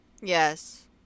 Yes